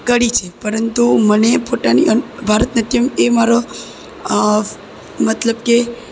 કરી છે પરંતુ મને પોતાની ભરતનાટ્યમ એ મારો મતલબ કે